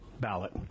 ballot